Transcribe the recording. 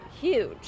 huge